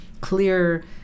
clear